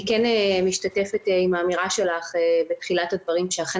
אני כן שותפה לאמירה שלך בתחילת הדברים שאכן